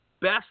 best